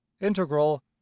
integral